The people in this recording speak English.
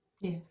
yes